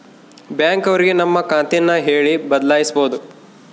bank ಅವ್ರಿಗೆ ನಮ್ ಖಾತೆ ನ ಹೇಳಿ ಬದಲಾಯಿಸ್ಬೋದು